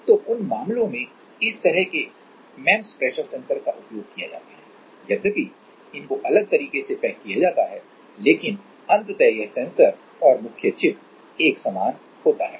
तो उन मामलों में इस तरह के एमईएमएस प्रेशर सेंसर का उपयोग किया जाता है यद्यपि इनको अलग तरीके से पैक किया जाता है लेकिन अंततः यह सेंसर और मुख्य चिप एक समान होता है